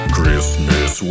Christmas